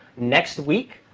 next week,